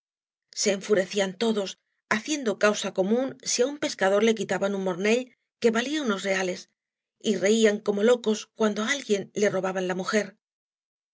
se enfurecían todos haciendo causa común si á un pescador le quitaban un mornell que valía unoa reales y reían como locos cuando á alguien le robaban la mujer